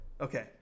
Okay